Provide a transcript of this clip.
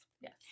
yes